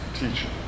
teaching